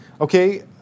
Okay